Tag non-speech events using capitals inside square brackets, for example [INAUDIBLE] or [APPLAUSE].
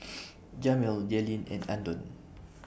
[NOISE] Jamil Jaylene and Andon